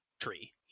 tree